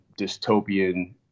dystopian